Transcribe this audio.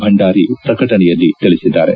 ಭಂಡಾರಿ ಪ್ರಕಟಣೆಯಲ್ಲಿ ತಿಳಿಸಿದ್ದಾರೆ